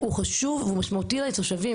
הוא חשוב והוא משמעותי לתושבים.